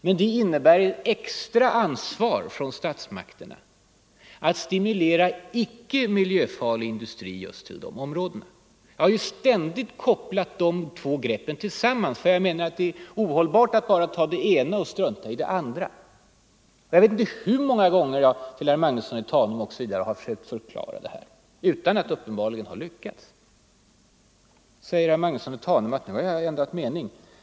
Men det innebär ett extra ansvar för statsmakterna att stimulera icke miljöfarlig industri att lokalisera sig just till dessa områden. Jag har ständigt kopplat ihop de här två greppen. Det är ohållbart att bara ta det ena och strunta i det andra. Jag vet inte hur många gånger jag för herr Magnusson i Tanum har försökt att förklara det här, uppenbarligen utan att ha lyckats. Nu säger alltså herr Magnusson i Tanum att jag har ändrat mening.